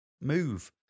move